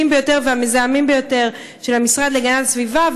ביותר והמזהמים ביותר של המשרד להגנת הסביבה,